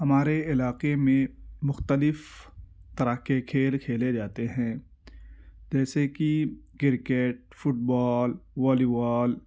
ہمارے علاقے میں مختلف طرح کے کھیل کھیلے جاتے ہیں جیسے کہ کرکٹ فٹ بال والی بال